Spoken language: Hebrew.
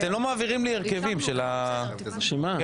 אתם לא מעבירים לי הרכבים של --- של מה?